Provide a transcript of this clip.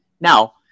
Now